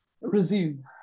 resume